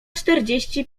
czterdzieści